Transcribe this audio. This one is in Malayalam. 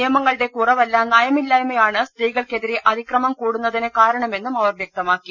നിയമങ്ങളുടെ കുറവല്ല നയമില്ലായ് മയാണ് സ്ത്രീകൾക്കെതിരെ അതിക്രമം കൂടുന്നതിന് കാരണമെന്നും അവർ വ്യക്തമാക്കി